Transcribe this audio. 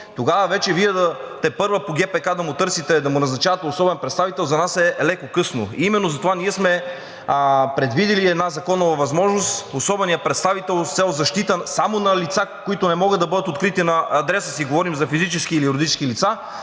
тогава тепърва по ГПК Вие да му търсите да му назначавате особен представител за нас е леко късно. Именно затова ние сме предвидили една законова възможност особеният представител с цел защита само на лица, които не могат да бъдат открити на адреса им, говорим за физически или юридически лица,